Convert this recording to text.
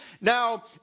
Now